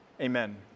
amen